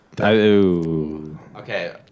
Okay